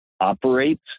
operates